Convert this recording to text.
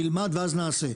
נלמד ואז נעשה.